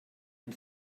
den